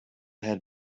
had